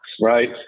right